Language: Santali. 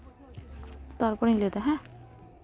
ᱛᱟᱨᱯᱚᱨᱮᱧ ᱞᱟᱹᱭ ᱮᱫᱟ ᱦᱮᱸ